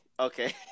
Okay